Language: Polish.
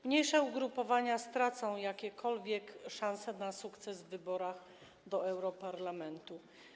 Mniejsze ugrupowania stracą jakiekolwiek szanse na sukces w wyborach do europarlamentu.